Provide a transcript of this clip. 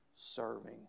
serving